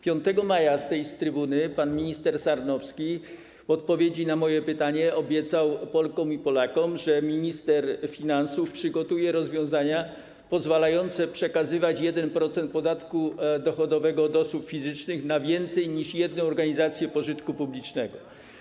5 maja z tej trybuny pan minister Sarnowski w odpowiedzi na moje pytanie obiecał Polkom i Polakom, że minister finansów przygotuje rozwiązania pozwalające przekazywać 1% podatku dochodowego od osób fizycznych na więcej niż jedną organizację pożytku publicznego.